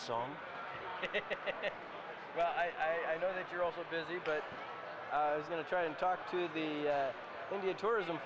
song but i know that you're also busy but i was going to try and talk to the indian tourism